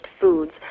foods